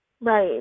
right